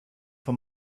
for